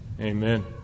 amen